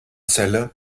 celle